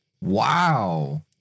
Wow